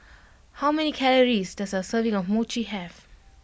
how many calories does a serving of Mochi have